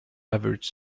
average